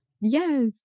Yes